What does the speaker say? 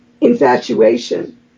infatuation